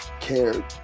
cared